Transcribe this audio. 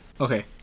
Okay